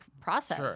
process